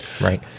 right